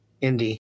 Indy